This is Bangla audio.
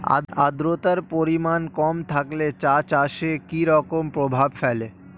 আদ্রতার পরিমাণ কম থাকলে চা চাষে কি রকম প্রভাব ফেলে?